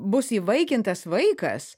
bus įvaikintas vaikas